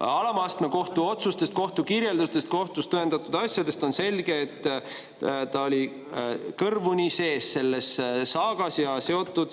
alamastme kohtu otsustest, kohtukirjeldustest, kohtus tõendatud asjadest on selge, et ta oli kõrvuni sees selles saagas ja seotud